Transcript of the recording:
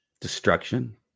Destruction